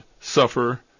suffer